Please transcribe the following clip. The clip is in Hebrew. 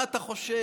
מה אתה חושב?